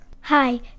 Hi